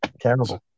Terrible